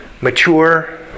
mature